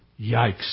Yikes